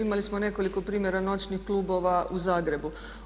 Imali smo nekoliko primjera noćnih klubova u Zagrebu.